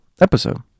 episode